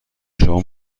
شما